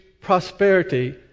prosperity